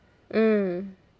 mm